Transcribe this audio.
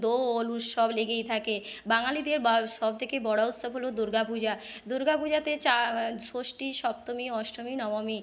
দোল উৎসব লেগেই থাকে বাঙালিদের সবথেকে বড় উৎসব হল দুর্গা পূজা দুর্গা পূজাতে ষষ্ঠী সপ্তমী অষ্টমী নবমী